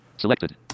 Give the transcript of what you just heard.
Selected